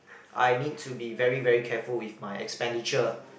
I need to be very very careful with my expenditure